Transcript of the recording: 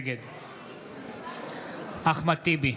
נגד אחמד טיבי,